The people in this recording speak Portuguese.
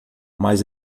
mas